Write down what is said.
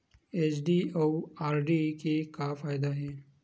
FD अउ RD के का फायदा हे?